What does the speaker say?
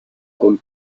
con